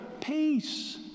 Peace